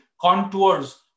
contours